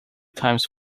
times